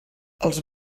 els